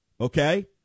okay